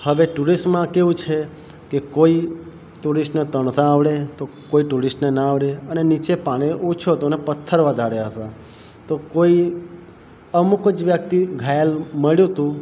હવે ટુરિસ્ટમાં કેવું છે કે કોઈ ટુરિસ્ટને તરતા આવડે તો કોઈ ટુરિસ્ટને ના આવડે અને નીચે પાણી ઓછું હતું ને પથ્થર વધારે હતા તો કોઈ અમૂક જ વ્યક્તિ ઘાયલ મળ્યું હતું